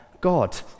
God